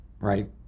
right